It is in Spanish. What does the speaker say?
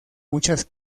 muchas